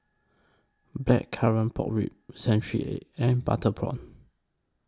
Blackcurrant Pork Ribs Century Egg and Butter Prawn